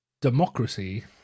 democracy